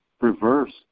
reverse